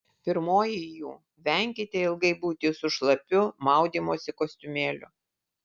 pirmoji jų venkite ilgai būti su šlapiu maudymosi kostiumėliu